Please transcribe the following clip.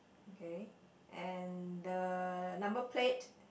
okay and the number plate